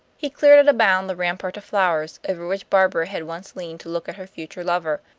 he cleared at a bound the rampart of flowers, over which barbara had once leaned to look at her future lover,